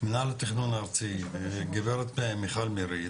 מינהל התכנון הארצי גברת מיכל מריל,